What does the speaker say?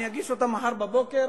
אני אגיש אותה מחר בבוקר.